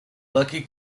lucky